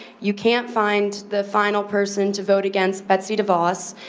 you can't find the final person to vote against betsy devos.